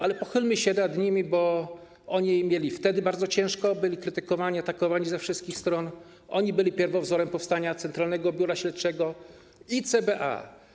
Ale pochylmy się nad nimi, bo oni mieli wtedy bardzo ciężko, byli krytykowani, atakowani ze wszystkich stron, oni byli pierwowzorem powstania Centralnego Biura Śledczego i CBA.